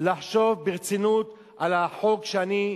לחשוב ברצינות על החוק שאני